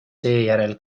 seejärel